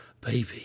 baby